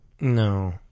No